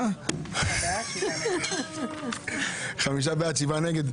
יושבים שעות ובאיזה שהוא שלב אנחנו